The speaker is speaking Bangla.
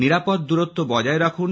নিরাপদ দূরত্ব বজায় রাখুন